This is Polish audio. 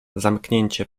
zamknięcie